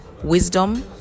wisdom